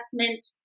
assessment